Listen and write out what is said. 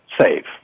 save